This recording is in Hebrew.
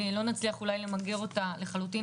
לא נצליח אולי למגר אותה לחלוטין,